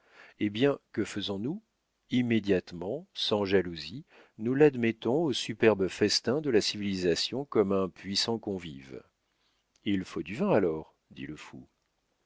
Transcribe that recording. eh bien que faisons-nous immédiatement sans jalousie nous l'admettons au superbe festin de la civilisation comme un puissant convive il faut du vin alors dit le fou